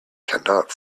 cannot